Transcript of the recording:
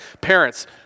Parents